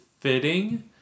fitting